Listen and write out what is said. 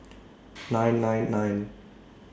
nine nine nine